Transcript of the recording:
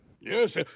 Yes